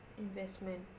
investment